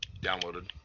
downloaded